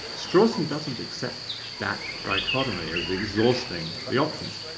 strawson doesn't accept that dichotomy as exhausting the options.